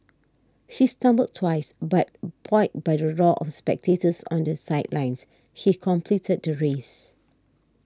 he stumbled twice but buoyed by the roar of spectators on the sidelines he completed the race